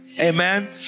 Amen